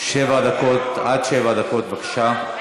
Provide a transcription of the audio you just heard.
עד שבע דקות, בבקשה.